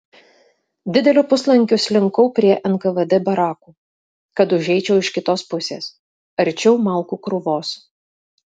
dideliu puslankiu slinkau prie nkvd barakų kad užeičiau iš kitos pusės arčiau malkų krūvos